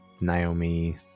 Naomi